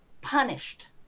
punished